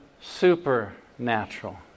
supernatural